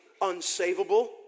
unsavable